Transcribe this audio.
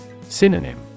Synonym